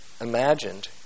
imagined